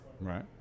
Right